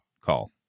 call